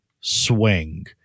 swing